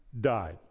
died